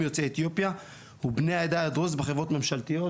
יוצאי אתיופיה ובני העדה הדרוזית בחברות ממשלתיות,